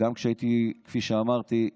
כפי שאמרתי,